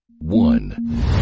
One